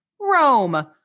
Rome